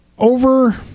Over